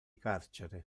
carcere